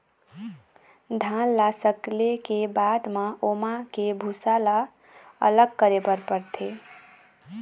धान ल सकेले के बाद म ओमा के भूसा ल अलग करे बर परथे